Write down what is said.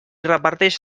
reparteix